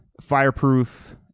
Fireproof